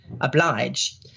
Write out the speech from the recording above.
oblige